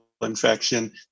infection